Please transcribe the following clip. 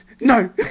no